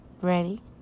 ready